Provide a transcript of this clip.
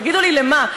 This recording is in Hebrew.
תגידו לי, למה?